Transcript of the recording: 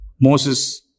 Moses